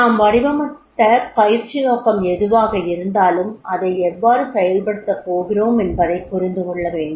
நாம் வடிவமைத்த பயிற்சி நோக்கம் எதுவாக இருந்தாலும் அதை எவ்வாறு செயல்படுத்தப் போகிறோம் என்பதைப் புரிந்து கொள்ள வேண்டும்